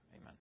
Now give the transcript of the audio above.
amen